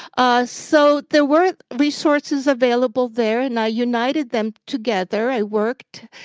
ah so there were resources available there, and i united them together. i worked.